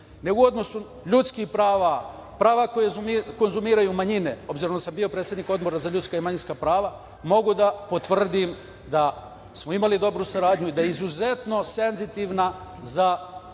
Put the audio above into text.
nego u odnosu ljudskih prava, prava koje konzumiraju manjine. S obzirom da sam bio predsednik Odbora za ljudska i manjinska prava mogu da potvrdim da smo imali dobru saradnju i da je izuzetno senzitivna za